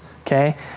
okay